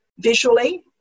visually